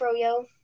froyo